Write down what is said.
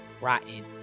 rotten